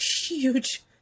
huge